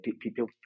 people